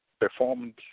performed